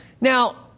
Now